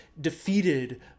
defeated